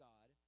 God